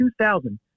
2000